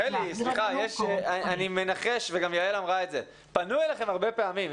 אני מנחש שפנו אליכם הרבה פעמים,